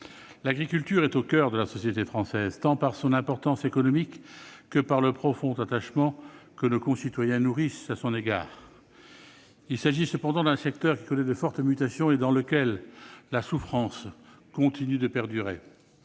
L'agriculture est au coeur de la société française, tant par son importance économique que par le profond attachement de nos concitoyens à son égard. Il s'agit cependant d'un secteur qui connaît de fortes mutations et dans lequel la souffrance perdure.